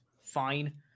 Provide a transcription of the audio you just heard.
fine